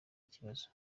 ikibazo